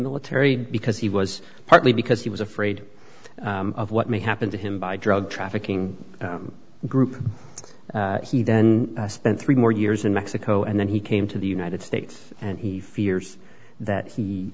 military because he was partly because he was afraid of what may happen to him by drug trafficking group he then spent three more years in mexico and then he came to the united states and he fears that he